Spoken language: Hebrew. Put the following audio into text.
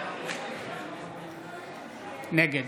נגד